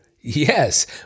Yes